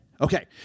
Okay